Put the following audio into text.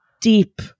deep